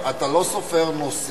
הרי אתה לא סופר נוסעים,